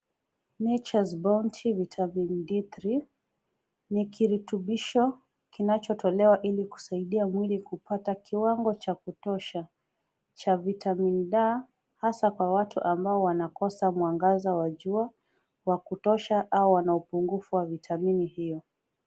Nature's Bounty vitamin D3 ni kirutubisho kinachotolewa ili kusaidia mwili kupata kiwango cha kutosha cha vitamin D hasa kwa watu ambao wanakosa mwangaza wa jua wa kutosha ama wana upungufu wa vitamini hiyo.